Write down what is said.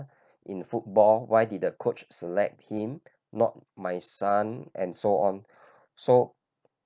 in football why did the coach select him not my son and so on so